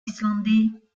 islandais